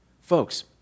Folks